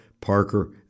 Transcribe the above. Parker